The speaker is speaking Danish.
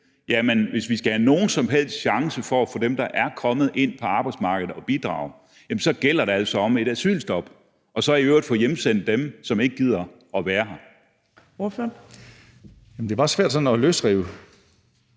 at hvis vi skal have nogen som helst chance for at få dem, der er kommet, ind på arbejdsmarkedet for at bidrage, så gælder det altså om at få et asylstop og så i øvrigt om at få hjemsendt dem, som ikke gider at være her? Kl. 12:40 Fjerde næstformand (Trine